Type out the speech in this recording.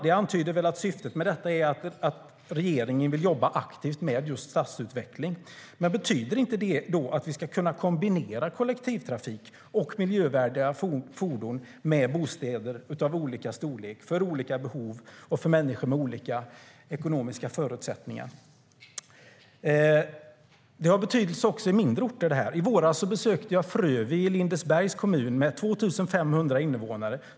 Det antyder väl att syftet är att regeringen ska jobba aktivt med just stadsutveckling. Men betyder inte det då att vi ska kunna kombinera kollektivtrafik och miljövänliga fordon med bostäder av olika storlek, för olika behov och för människor med olika ekonomiska förutsättningar? Detta har också betydelse i mindre orter. I våras besökte jag Frövi i Lindesbergs kommun med 2 500 invånare.